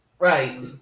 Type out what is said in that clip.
Right